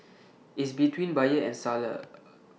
is between buyer and seller